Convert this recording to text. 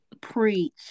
Preach